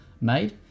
made